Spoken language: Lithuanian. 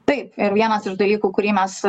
taip ir vienas iš dalykų kurį mes